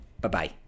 Bye-bye